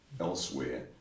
elsewhere